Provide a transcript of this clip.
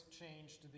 changed